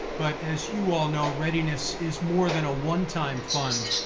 but as you all know, readiness is more than a one-time fund.